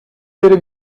beri